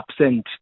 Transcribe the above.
absent